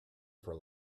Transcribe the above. for